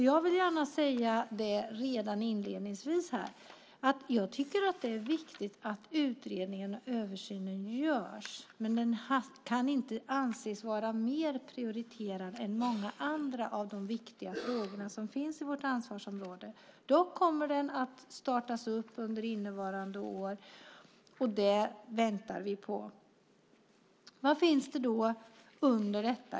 Jag vill gärna redan inledningsvis säga att jag tycker att det är viktigt att en utredning och översyn genomförs, men det kan inte anses vara mer prioriterat än många andra av de viktiga frågor som vi har inom vårt ansvarsområde. Dock kommer den att startas inom innevarande år. Det väntar vi på. Vad finns det då under detta?